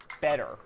better